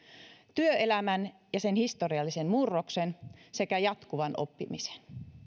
työelämän ja sen historiallisen murroksen sekä jatkuvan oppimisen